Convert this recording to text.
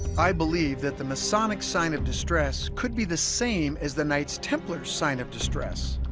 i believe that the masonic sign of distress could be the same as the knights templars sign of distress